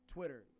Twitter